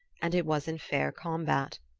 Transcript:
and it was in fair combat.